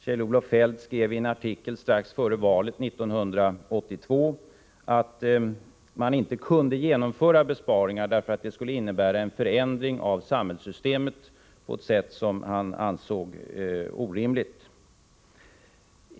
Kjell-Olof Feldt skrev i en artikel strax före valet 1982 att man inte kunde genomföra besparingar därför att det skulle innebära en förändring av samhällssystemet på ett sätt som han ansåg orimligt.